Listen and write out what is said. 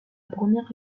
première